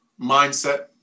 mindset